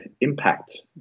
impact